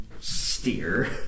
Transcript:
Steer